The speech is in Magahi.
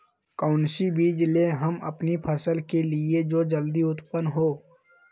कौन सी बीज ले हम अपनी फसल के लिए जो जल्दी उत्पन हो?